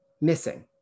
missing